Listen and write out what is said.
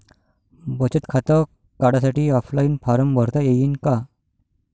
बचत खातं काढासाठी ऑफलाईन फारम भरता येईन का?